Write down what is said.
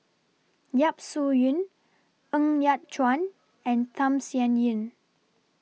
Yap Su Yin Ng Yat Chuan and Tham Sien Yen